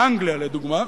באנגליה, לדוגמה,